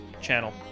channel